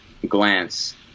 glance